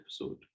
episode